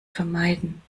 vermeiden